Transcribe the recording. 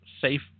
safe